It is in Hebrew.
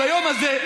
ביום הזה,